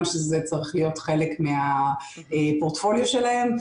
שזה צריך להיות חלק מהפורטפוליו שלהם.